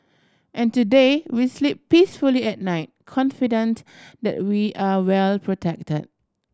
and today we sleep peacefully at night confident that we are well protect